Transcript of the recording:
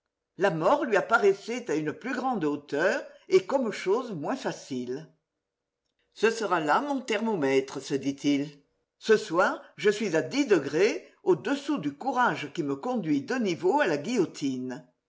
la mort lui apparaissait à une plus grande hauteur et comme chose moins facile ce sera là mon thermomètre se dit-il ce soir je suis à dix degrés au-dessous du courage qui me conduit de niveau à la guillotine